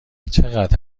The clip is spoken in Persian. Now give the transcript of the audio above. چقدر